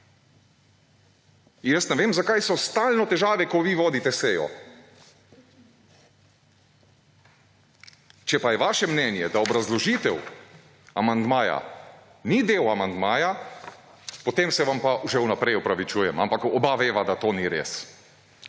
Jaz ne vem, zakaj so stalno težave, ko vi vodite sejo. Če pa je vaše mnenje, da obrazložitev amandmaja ni del amandmaja, potem se vam pa že vnaprej opravičujem, ampak oba veva, da to ni res.